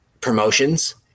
promotions